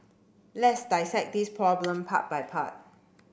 let's dissect this problem part by part